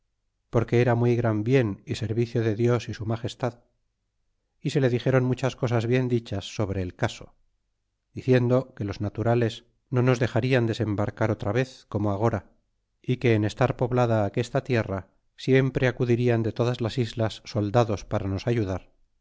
porque era muy gran bien y servicio de dios y su magestad y se le dixéron muchas cosas bien dichas sobre el easo diciendo que los naturales no nos dexarian desembarcar otra vez como agora y que en estar poblada aquesta tierra siempre acudirían de todas las islas soldados para nos ayudar